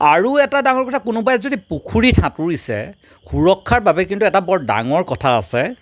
আৰু এটা ডাঙৰ কথা কোনোবাই যদি পুখুৰীত সাঁতুৰিছে সুৰক্ষাৰ বাবে কিন্তু এটা বৰ ডাঙৰ কথা আছে